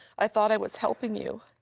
i thought i was helping you.